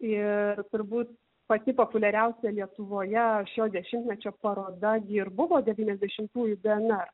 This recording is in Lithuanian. ir turbūt pati populiariausia lietuvoje šio dešimtmečio paroda ji ir buvo devyniasdešimtųjų dnr